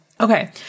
Okay